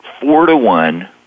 four-to-one